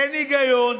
אין היגיון,